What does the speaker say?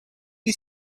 you